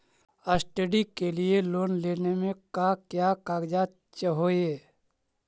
Study के लिये loan लेने मे का क्या कागजात चहोये?